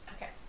Okay